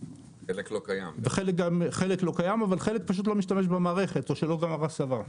חלק לא קיים אבל חלק פשוט לא משתמש במערכת או שלא גמר הסבה.